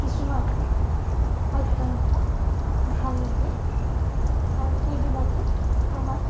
কিছুমান বাক্য়াংশ ভাল লাগে আৰু সেইবিলাকে আমাক